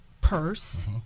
purse